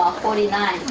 um forty nine.